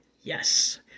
Yes